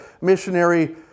missionary